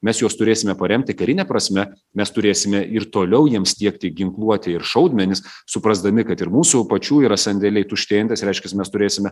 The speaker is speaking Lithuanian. mes juos turėsime paremti karine prasme mes turėsime ir toliau jiems tiekti ginkluotę ir šaudmenis suprasdami kad ir mūsų pačių yra sandėliai tuštėjantys reiškias mes turėsime